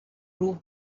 روح